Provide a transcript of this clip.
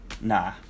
Nah